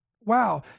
Wow